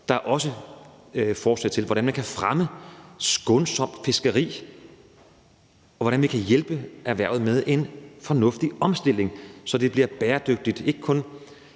Der er også forslag til, hvordan man kan fremme skånsomt fiskeri, og hvordan vi kan hjælpe erhvervet med en fornuftig omstilling, så det bliver bæredygtigt